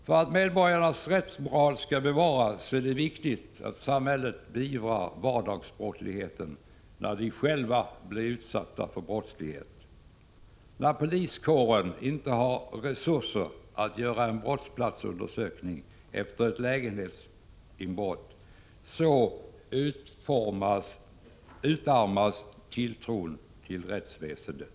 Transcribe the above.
För att medborgarnas rättsmoral skall bevaras är det viktigt att samhället beivrar vardagsbrottsligheten, som medborgarna själva blir utsatta för. När poliskåren inte har resurser att göra en brottsplatsundersökning efter ett lägenhetsinbrott, utarmas tilltron till rättsväsendet.